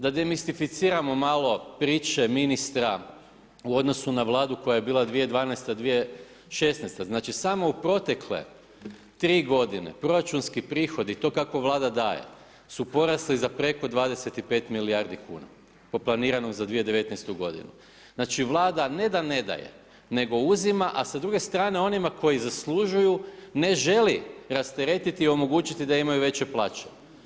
Da demistificiramo malo priče ministra u odnosu na Vladu koja je bila 2012.-2016., znači samo u protekle 3 g. proračunski prihodi i to kako Vlada daje su porasli za preko 25 milijardi kuna po planiranom za 2019. g. Znači Vlada ne da ne daje nego uzima a sa druge strane onima kojima zaslužuju, ne želi rasteretiti i omogućiti da imaju veće plaće.